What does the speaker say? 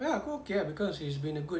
ya aku okay ah cause he's been a good